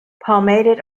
palmated